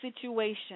situation